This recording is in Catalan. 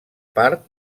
part